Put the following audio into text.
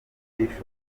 bishop